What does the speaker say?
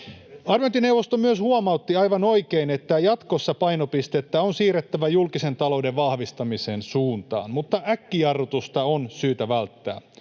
Arviointineuvosto myös huomautti, aivan oikein, että jatkossa painopistettä on siirrettävä julkisen talouden vahvistamisen suuntaan, mutta äkkijarrutusta on syytä välttää: